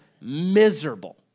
miserable